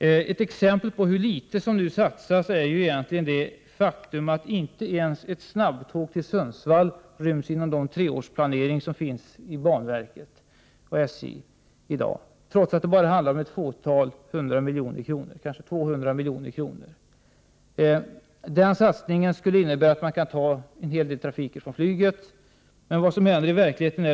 Ett exempel på hur litet som nu satsas är det faktum att inte ens ett snabbtåg till Sundsvall finns med i banverkets och SJ:s treårsplanering, trots att det skulle kosta bara 100-200 milj.kr. En sådan satsning skulle innebära att en stor del av trafiken skulle överflyttas från flyget till tåget.